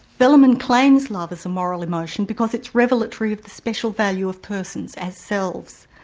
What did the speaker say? velleman claims love as a moral emotion because it's revelatory of the special value of persons as selves.